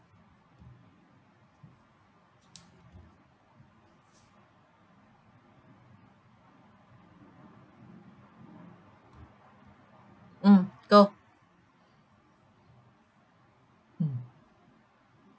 mm go mm